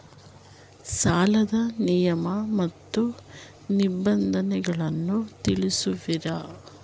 ಸಾಲದ ನಿಯಮ ಮತ್ತು ನಿಬಂಧನೆಗಳನ್ನು ತಿಳಿಸುವಿರಾ?